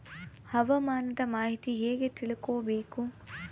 ಹವಾಮಾನದ ಮಾಹಿತಿ ಹೇಗೆ ತಿಳಕೊಬೇಕು?